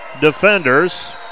defenders